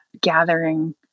gathering